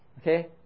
Okay